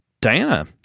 Diana